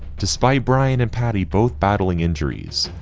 despite brian and patty both battling injuries,